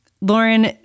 Lauren